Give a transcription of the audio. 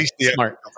smart